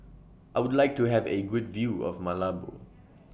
I Would like to Have A Good View of Malabo